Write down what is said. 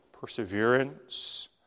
perseverance